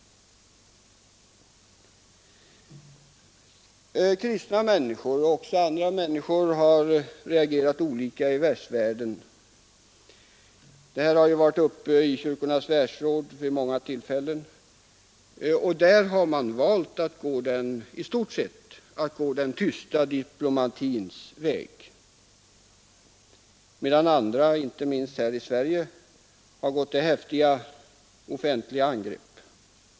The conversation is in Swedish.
Kristna människor och också andra människor har reagerat olika i västvärlden. Detta har varit uppe i kyrkornas världsråd vid många tillfällen, och där har man i stort sett valt att gå den tysta diplomatins väg, medan andra, inte minst här i Sverige, gått till häftiga offentliga angrepp.